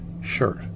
shirt